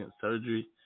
surgery